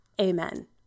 amen